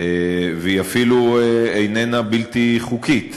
והיא אפילו איננה בלתי חוקית.